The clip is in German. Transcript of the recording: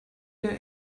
der